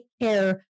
care